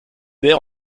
d’air